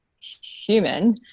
human